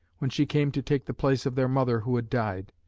when she came to take the place of their mother who had died.